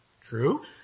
true